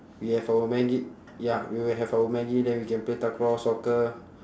we have our maggi ya we will have our maggi then we can play takraw soccer